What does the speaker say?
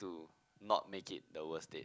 to not make it the worst date